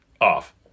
Off